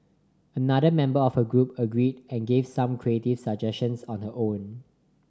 another member of her group agreed and gave some creative suggestions on her own